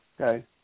Okay